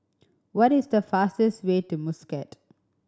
what is the fastest way to Muscat